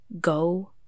Go